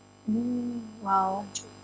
mm !wow!